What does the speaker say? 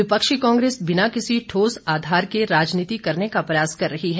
विपक्षी कांग्रेस बिना किसी ठोस आधार के राजनीति करने का प्रयास कर रही है